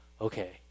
okay